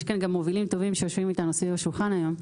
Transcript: יש כאן גם מובילים טובים שיושבים איתנו סביב השולחן היום,